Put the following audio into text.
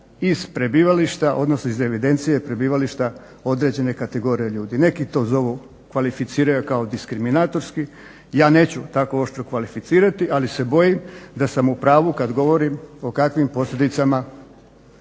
iz prebivališta odnosno iz evidencije prebivališta određene kategorije ljudi. Neki to zovu kvalificiraju kao diskriminatorski, ja neću tako oštro kvalificirati ali se bojim da sam u pravu kada govorim o kakvim posljedicama